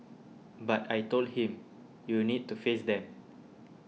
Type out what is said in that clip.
but I told him you need to face them